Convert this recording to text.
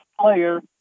player